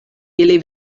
ili